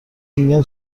میگن